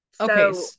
Okay